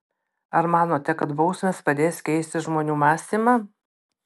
ar manote kad bausmės padės keisti žmonių mąstymą